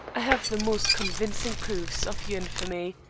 i have the most convincing proofs of your infamy.